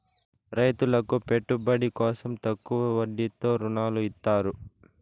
రైతులకు పెట్టుబడి కోసం తక్కువ వడ్డీతో ఋణాలు ఇత్తారు